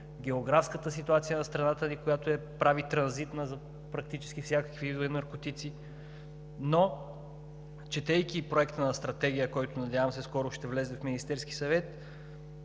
географската ситуация на страната ни, която я прави транзитна практически за всякакви видове наркотици. Четейки проекта на стратегия, който, надявам се, скоро ще влезе в Министерския съвет,